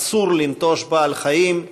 אסור לנטוש בעל-חיים.